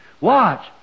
Watch